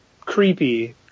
creepy